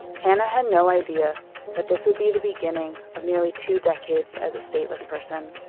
hana had no idea that this would be the beginning of nearly two decades as a stateless person.